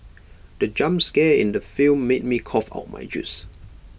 the jump scare in the film made me cough out my juice